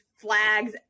flags